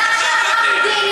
אבל עכשיו המדינה,